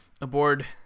Aboard